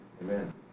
Amen